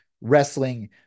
Wrestling